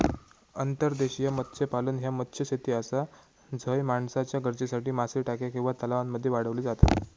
अंतर्देशीय मत्स्यपालन ह्या मत्स्यशेती आसा झय माणसाच्या गरजेसाठी मासे टाक्या किंवा तलावांमध्ये वाढवले जातत